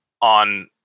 on